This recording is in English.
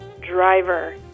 driver